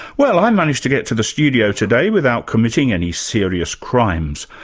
well i managed to get to the studio today without committing any serious crimes,